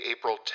April